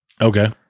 Okay